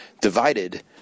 Divided